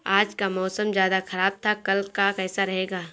आज का मौसम ज्यादा ख़राब था कल का कैसा रहेगा?